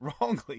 wrongly